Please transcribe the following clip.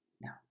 No